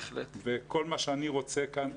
וכל מה שאני רוצה כאן,